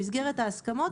במסגרת ההסכמות.